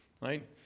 right